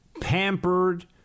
pampered